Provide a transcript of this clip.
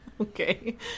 Okay